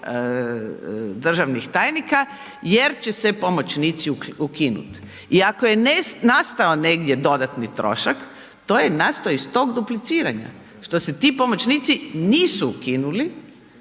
državnih tajnika jer će se pomoćnici ukinut. I ako je nastao negdje dodatni trošak, to je nastao iz tog dupliciranja, što se ti pomoćnici nisu ukinuli,